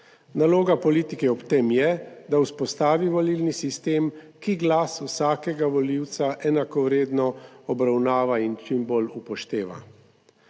Naloga politike ob tem je, da vzpostavi volilni sistem, ki glas vsakega volivca enakovredno obravnava in čim bolj upošteva.